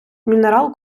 мінерал